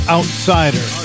Outsider